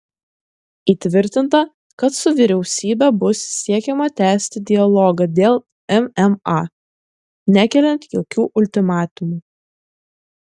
įtvirtinta kad su vyriausybe bus siekiama tęsti dialogą dėl mma nekeliant jokių ultimatumų